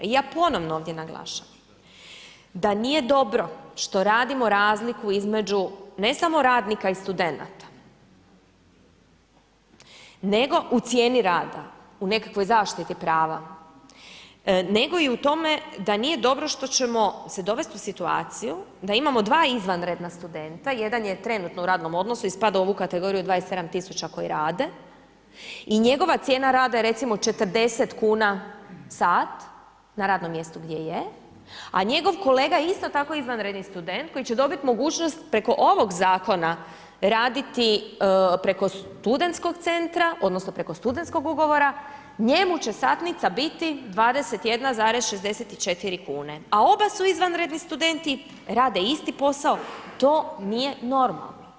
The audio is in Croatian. I ja ponovno ovdje naglašavam, da nije dobro što radimo razliku između, ne samo radnika i studenata nego u cijeni rada, u nekakvoj zaštiti prava, nego i u tome da nije dobro što ćemo se dovesti u situaciju da imamo 2 izvanredna studenta, jedan je trenutno u radnom odnosu i spada u ovu kategoriju 27000 koji rade, i njegova cijena rada je recimo 40 kuna sat, na radnom mjestu gdje je, a njegov kolega isto tako, izvanredni student, koji će dobiti mogućnost preko ovog Zakona, raditi preko Studentskog centra odnosno preko studentskog ugovora, njemu će satnica biti 21,64 kune, a oba su izvanredni studenti, rade isti posao i to nije normalno.